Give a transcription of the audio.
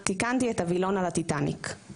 "תיקנתי את הווילון על הטיטאניק".